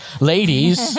ladies